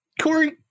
Corey